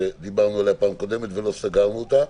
שדיברנו עליו בפעם הקודמת ולא סגרנו אותו.